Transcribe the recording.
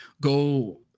go